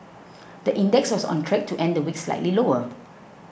the index was on track to end the week slightly lower